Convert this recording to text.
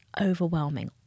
overwhelming